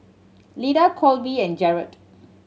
Lida Kolby and Jarod